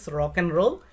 rock-and-roll